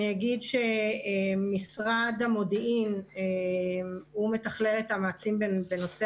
אני אגיד שמשרד המודיעין הוא מתכלל את המאמצים בנושא